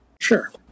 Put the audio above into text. Sure